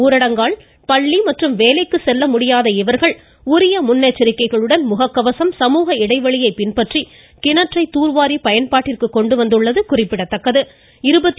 ஊரடங்கால் பள்ளி மற்றும் வேலைக்கு செல்ல முடியாத இவர்கள் உரிய முன்னெச்சரிக்கைளுடன் முகக்கவசம் சமூக இடைவெளியை பின்பற்றி கிணற்றை தூர்வாரி பயன்பாட்டிற்கு கொண்டு வந்துள்ளது குறிப்பிடத்தக்கது